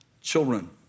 children